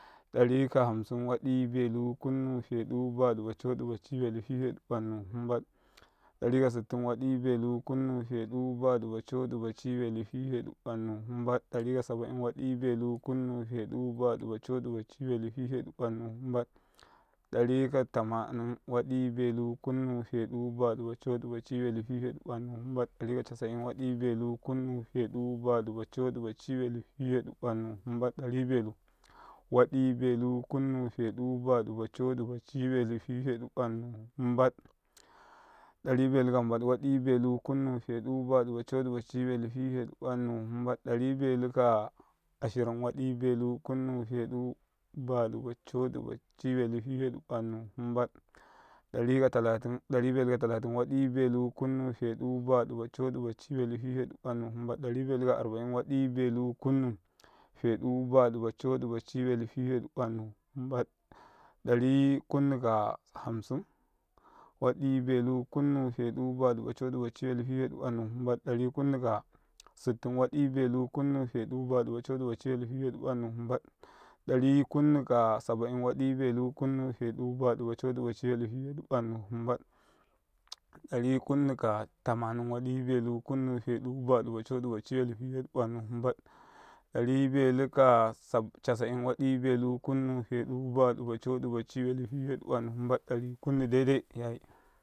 wa ɗ i, belu. kunnu, fe ɗ u, ba ɗ u, baco ɗ i baci ნelu fi fe ɗ u, ნannan mba ɗ u Dicca ka sitin. wa ɗ ibelu, kunnu fe ɗ u' ba ɗ u' baco ɗ i, baci ნelu fi fe ɗ u ნannanu' mba ɗ, Dicca ka sabain wa ɗ i belu, kunnu, fe ɗ u ba ɗ u baco ɗ i baci ნelu, fife ɗ u, ნannu mba ɗ Dicca ka tamanin. wa ɗ i belu, kunnu, fe ɗ u, ba ɗ u, baco ɗ i baci ნelu fi fe ɗ u ნannu mba ɗ Dicca ka casa ina wa ɗ i belu kunnu fe ɗ u ba ɗ u baca ɗ i baci ნelu, wa ɗ i belu, kunnu fe ɗ a ba ɗ u baco ɗ i baci ნelu fi fe ɗ u ნannu, mba ɗ u Dicca belu ka ashirin wa ɗ i belu, kunnu, fe ɗ u, ba ɗ u, baco ɗ i baci ნelu, fi fe ɗ u ნannu mba ɗ, Dicca ka talatin. wa ɗ i belu, kunnu, fe ɗ u ba ɗ u, baco ɗ i, baci ნelu, fife ɗ u ნannu mba ɗ. Dicca belu ka arbain wa ɗ i belu kunnu, fe ɗ u, ნannu mba ɗ Dicca belu ka hamsin. wa ɗ i belu kunnu. fe ɗ u fedu, ba ɗ u, kunnu, fe ɗ u, ba ɗ u, baco ɗ i, bacibelu, fi fete ɗ u, ნannu, mba ɗ u, Dicca beluka sabain. wa ɗ i belu. kannu, fedu, b ɗ u, bacodi. baci ნelu, fi fe ɗ u, ნannu mba ɗ, Dicca belu ka tamanin wa ɗ i belu, kunnu, fe ɗ u, ba ɗ u, baco ɗ i. baci belu ka casin. wa ɗ i belu, kunnu. fe ɗ u, ba ɗ u, baco ɗ i, baci ნelu, fi fe ɗ u, bannu, mba ɗ Dicca kunnu.